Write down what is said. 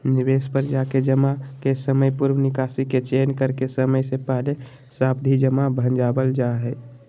निवेश पर जाके जमा के समयपूर्व निकासी के चयन करके समय से पहले सावधि जमा भंजावल जा हय